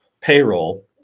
payroll